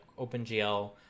OpenGL